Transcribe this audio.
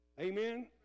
Amen